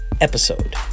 episode